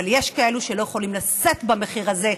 אבל יש כאלו שלא יכולים לשאת את המחיר הזה,